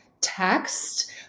text